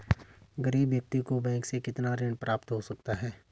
गरीब व्यक्ति को बैंक से कितना ऋण प्राप्त हो सकता है?